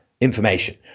information